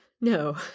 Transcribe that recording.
No